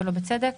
שלא בצדק,